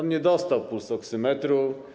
Nie dostał pulsoksymetru.